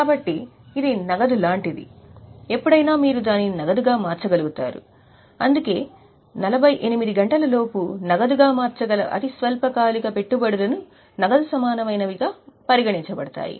కాబట్టి ఇది నగదు లాంటిది ఎప్పుడైనా మీరు దానిని నగదుగా మార్చగలుగుతారు అందుకే 48 గంటలలోపు నగదుగా మార్చగల అతి స్వల్పకాలిక పెట్టుబడులను నగదు సమానమైనవిగా పరిగణించబడతాయి